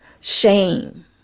shame